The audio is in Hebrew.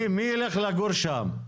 מי ילך לגור שם?